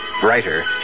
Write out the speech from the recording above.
brighter